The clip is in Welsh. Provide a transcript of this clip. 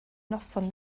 noson